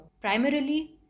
primarily